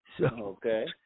Okay